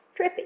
Trippy